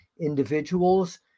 individuals